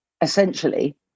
essentially